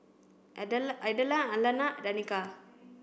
Idella Alannah Danika